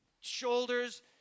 shoulders